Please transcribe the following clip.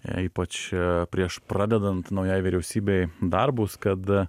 ypač prieš pradedant naujai vyriausybei darbus kad